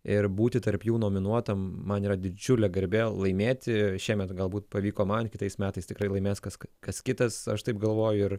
ir būti tarp jų nominuotam man yra didžiulė garbė laimėti šiemet galbūt pavyko man kitais metais tikrai laimės kas kas kitas aš taip galvoju ir